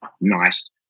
nice